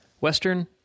Western